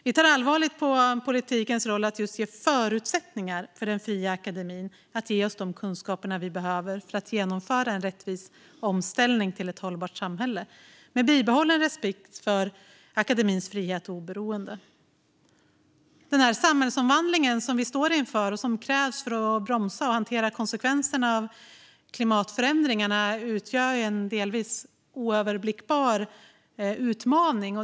Vi tar allvarligt på politikens roll att just ge förutsättningar för den fria akademin att ge oss de kunskaper vi behöver för att kunna genomföra en rättvis omställning till ett hållbart samhälle med bibehållen respekt för akademins frihet och oberoende. Den samhällsomvandling som vi står inför och som krävs för att bromsa och hantera konsekvenserna av klimatförändringarna utgör en delvis oöverblickbar utmaning.